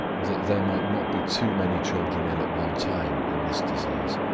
that there might not be too many children ill at one time in this disease,